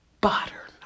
butter